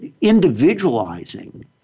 individualizing –